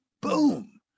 Boom